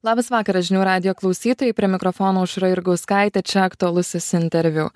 labas vakaras žinių radijo klausytojai prie mikrofono aušra jurgauskaitė čia aktualusis interviu